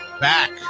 back